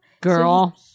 Girl